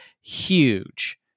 huge